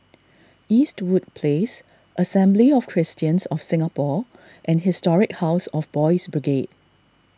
Eastwood Place Assembly of Christians of Singapore and Historic House of Boys' Brigade